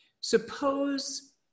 Suppose